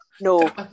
no